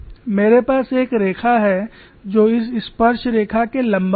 मेरे पास एक रेखा है जो इस स्पर्शरेखा के लंबवत है